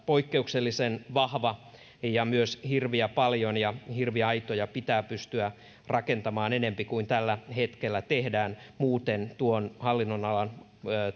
poikkeuksellisen vahva ja myös hirviä paljon ja hirviaitoja pitää pystyä rakentamaan enempi kuin tällä hetkellä tehdään muuten tuon hallinnonalan